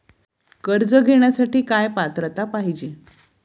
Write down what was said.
कर्ज घेण्यासाठी काय पात्रता पाहिजे?